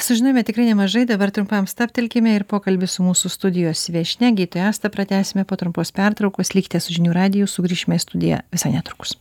sužinojome tikrai nemažai dabar trumpam stabtelkime ir pokalbį su mūsų studijos viešnia gydytoja asta pratęsime po trumpos pertraukos likite su žinių radiju sugrįšime į studiją visai netrukus